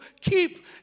keep